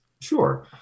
Sure